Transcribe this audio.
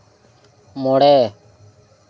ᱢᱚᱬᱮ